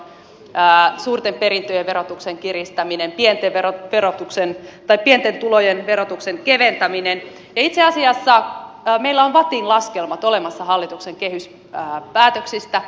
solidaarisuusvero suurten perintöjen verotuksen kiristäminen pienten tulojen verotuksen keventäminen ja itse asiassa meillä on vattin laskelmat olemassa hallituksen kehyspäätöksistä